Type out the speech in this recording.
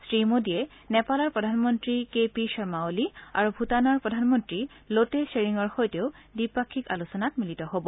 শ্ৰীমোদীয়ে নেপালৰ প্ৰধানমন্ত্ৰী কে পি শৰ্মাৱলী আৰু ভূটানৰ প্ৰধানমন্ত্ৰী ল টে ধেৰিঙৰ সৈতেও দ্বিপাক্ষিক আলোচনাত মিলিত হ'ব